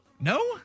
No